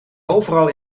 overal